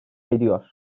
ediyor